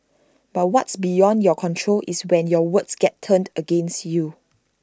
but what's beyond your control is when your words get turned against you